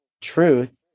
truth